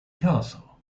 castle